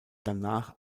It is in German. danach